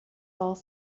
all